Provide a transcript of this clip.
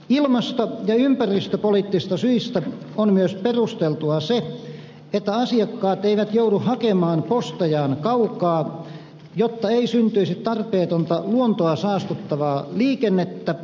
ilmasto ja ympäristöpoliittisista syistä on myös perusteltua se että asiakkaat eivät joudu hakemaan postejaan kaukaa jotta ei syntyisi tarpeetonta luontoa saastuttavaa liikennettä